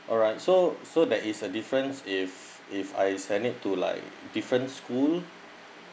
alright so so that is a difference if if I send it to like different school